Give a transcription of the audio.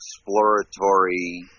exploratory